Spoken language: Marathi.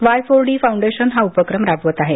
वाय फोर डी फौंडेशनहा उपक्रम राबवत आहे